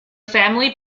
family